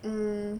mm